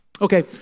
okay